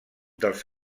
dels